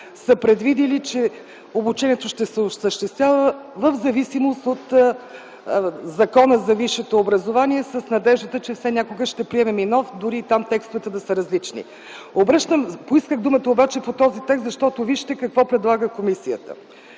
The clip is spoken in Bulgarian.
са предвидили, че обучението ще се осъществява в зависимост от Закона за висшето образование с надеждата, че все някога ще приемем и нов, дори там текстовете да са различни. Поисках думата по този текст, защото вижте какво предлага комисията.